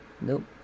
nope